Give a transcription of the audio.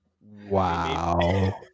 Wow